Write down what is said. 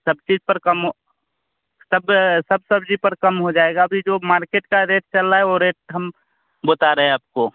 सब चीज़ पर कम सब सब सब्ज़ी पर कम हो जाएगा अभी जो मार्केट का रेट चल रहा है वह रेट हम बता रहे आपको